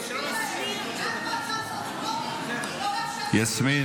--- מעצר סטטוטורי לא מאפשר --- יסמין,